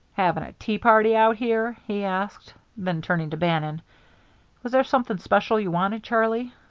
having a tea party out here? he asked then turning to bannon was there something special you wanted, charlie?